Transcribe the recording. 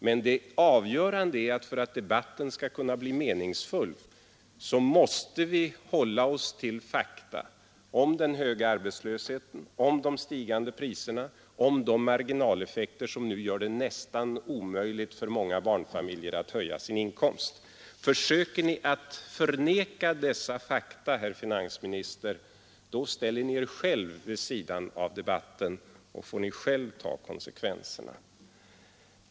Men det avgörande är: för att debatten skall kunna bli meningsfull måste vi hålla oss till fakta om den höga arbetslösheten, om de stigande priserna, om de marginaleffekter som nu gör det nästan omöjligt för många barnfamiljer att höja sin inkomst. Försöker Ni att förneka dessa fakta, herr finansminister, ställer ni Er själv vid sidan av debatten och får själv ta konsekvenserna.